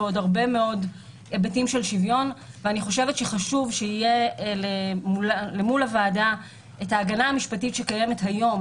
אני חושבת שחשוב שיהיה אל מול הוועדה את ההגנה המשפטית שקיימת היום,